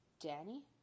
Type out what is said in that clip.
Danny